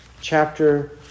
chapter